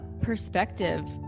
perspective